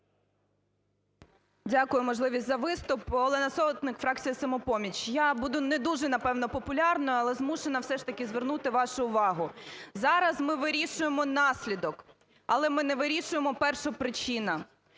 Дякую, за можливість виступу. Олена Сотник, фракція "Самопоміч". Я буду не дуже, напевно, популярна, але змушена все ж таки звернути вашу увагу. Зараз ми вирішуємо наслідок, але ми не вирішуємо першопричину.